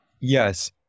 Yes